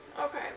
Okay